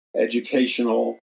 educational